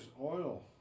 oil